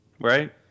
right